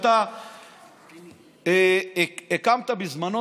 שאתה הקמת בזמנו,